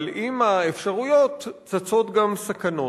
אבל עם האפשרויות צצות גם סכנות.